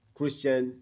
Christian